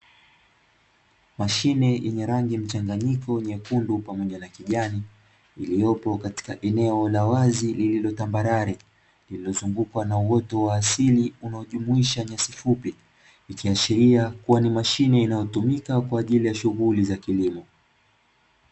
Mashine yenye rangi mchanganyiko, nyekundu pamoja na kijani, iliyopo katika eneo la wazi lililo tambarare, lililozungukwa na uoto wa asili unaojumuisha nyasi fupi, ikiashiria ni mashine inayotumika kwa ajili ya shughuli za kilimo.